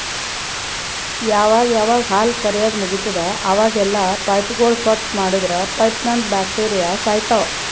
ಯಾವಾಗ್ ಯಾವಾಗ್ ಹಾಲ್ ಕರ್ಯಾದ್ ಮುಗಿತದ್ ಅವಾಗೆಲ್ಲಾ ಪೈಪ್ಗೋಳ್ ಸ್ವಚ್ಚ್ ಮಾಡದ್ರ್ ಪೈಪ್ನಂದ್ ಬ್ಯಾಕ್ಟೀರಿಯಾ ಸಾಯ್ತವ್